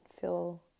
feel